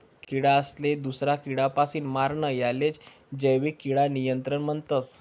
किडासले दूसरा किडापासीन मारानं यालेच जैविक किडा नियंत्रण म्हणतस